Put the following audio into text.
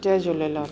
Jay Jhulelal